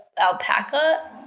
alpaca